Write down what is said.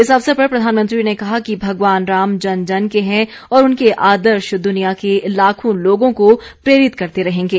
इस अवसर पर प्रधानमंत्री ने कहा कि भगवान राम जन जन के हैं और उनके आदर्श दुनिया के लाखों लोगों को प्रेरित करते रहेंगे